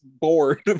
bored